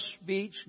speech